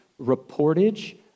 reportage